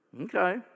okay